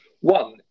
One